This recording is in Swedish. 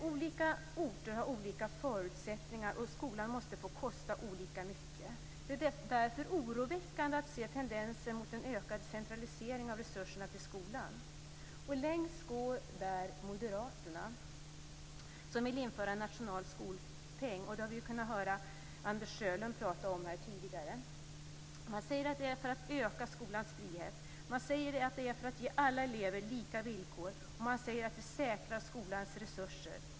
Olika orter har skilda förutsättningar, och skolan måste få kosta olika mycket. Det är därför oroväckande att se tendenser mot en ökad centralisering av resurserna till skolan. Längst i det avseendet går moderaterna, som vill införa en nationell skolpeng. Vi har tidigare hört Anders Sjölund tala om detta. Man säger att det är för att öka skolans frihet, man säger att det är för att ge alla elever lika villkor och man säger att det säkrar skolans resurser.